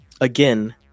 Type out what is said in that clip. Again